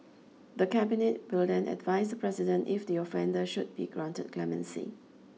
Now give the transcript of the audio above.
the Cabinet will then advise the President if the offender should be granted clemency